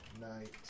night